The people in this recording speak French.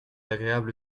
agréable